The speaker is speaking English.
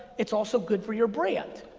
it's also good for your brand,